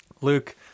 Luke